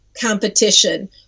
competition